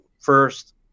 first